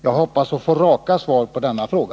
Jag hoppas att få raka svar på denna fråga!